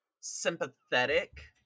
sympathetic